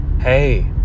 Hey